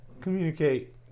communicate